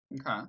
Okay